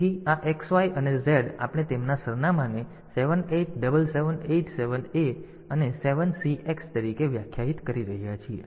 તેથી આ XY અને Z આપણે તેમના સરનામાંને 78 7 7 8 7 a અને 7 CX તરીકે વ્યાખ્યાયિત કરી રહ્યા છીએ